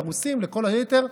לרוסים ולכל היתר,